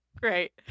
Great